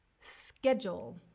schedule